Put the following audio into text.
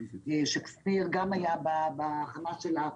שכפיר גם היה בהכנה שלה,